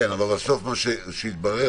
אבל בסוף מה שהתברר,